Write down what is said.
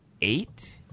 eight